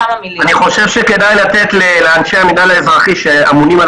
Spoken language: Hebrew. אני חושב שכדאי לתת לאנשי המינהל האזרחי שאמונים על